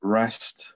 rest